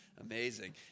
Amazing